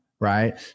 right